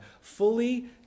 fully